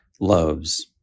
loves